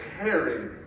caring